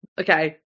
Okay